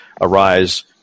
arise